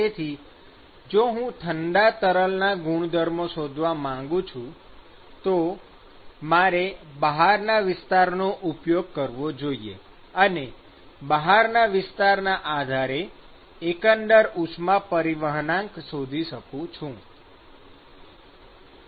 તેથી જો હું ઠંડા તરલનાં ગુણધર્મો શોધવા માગું છું તો મારે બહારના વિસ્તારનો ઉપયોગ કરવો જોઈએ અને બહારના વિસ્તારના આધારે એકંદર ઉષ્મા પરિવહનાંક શોધી શકું છે